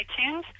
iTunes